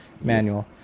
manual